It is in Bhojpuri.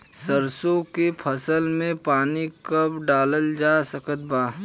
सरसों के फसल में पानी कब डालल जा सकत बा?